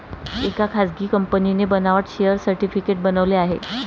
एका खासगी कंपनीने बनावट शेअर सर्टिफिकेट बनवले आहे